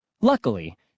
Luckily